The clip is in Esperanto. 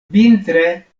vintre